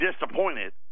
disappointed